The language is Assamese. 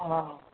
অঁ